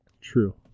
True